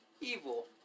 evil